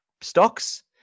stocks